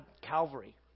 Calvary